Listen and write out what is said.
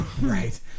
right